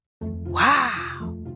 Wow